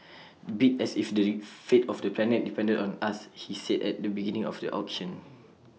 bid as if the fate of the planet depended on us he said at the beginning of the auction